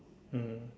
mm